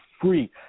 free